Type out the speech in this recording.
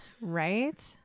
Right